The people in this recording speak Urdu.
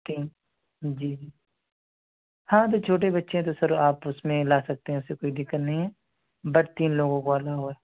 تین جی ہاں تو چھوٹے بچے ہیں تو سر آپ اس میں لا سکتے ہیں ایسی کوئی دقت نہیں ہے بٹ تین لوگوں کو الاؤ ہے